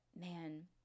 man